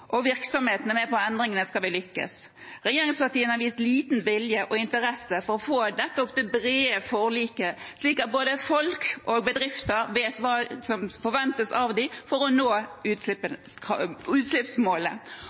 på endringene, skal vi lykkes. Regjeringspartiene har vist liten vilje og interesse for å få nettopp det brede forliket slik at både folk og bedrifter vet hva som forventes av dem for å nå